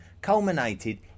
culminated